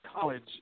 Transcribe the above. college